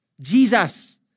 Jesus